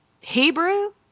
Hebrew